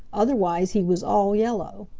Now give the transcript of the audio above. otherwise he was all yellow.